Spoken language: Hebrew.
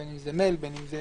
בין אם זה מייל, בין אם זה